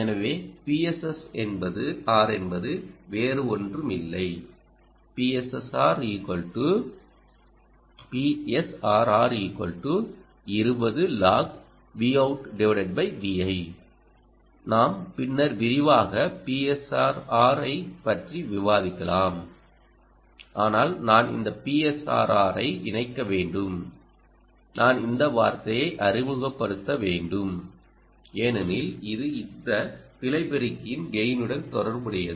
எனவே PSSR என்பது வேறு ஒன்றும் இல்லை நாம் பின்னர் விரிவாக PSRR ஐ பற்றி விவாதிக்கலாம் ஆனால் நான் இந்த PSRRஐ இணைக்க வேண்டும்நான் இந்த வார்த்தையை அறிமுகப்படுத்த வேண்டும் ஏனெனில் இது இந்த பிழை பெருக்கியின் கெய்னுடன் தொடர்புடையது